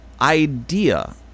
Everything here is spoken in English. idea